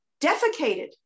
defecated